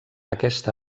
aquesta